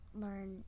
learn